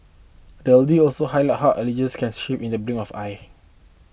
the O deal also highlights how allegiances can shift in the blink of eye